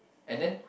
and then